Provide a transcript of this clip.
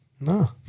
No